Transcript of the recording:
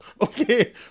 Okay